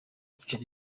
icyicaro